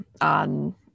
on